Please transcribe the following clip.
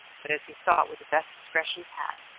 but as he thought with the best discretion he had,